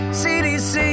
cdc